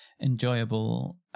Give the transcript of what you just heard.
enjoyable